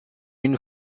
une